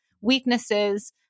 weaknesses